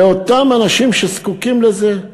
לאותם אנשים שזקוקים לזה,